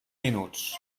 minuts